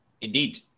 Indeed